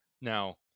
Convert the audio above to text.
Now